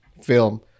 film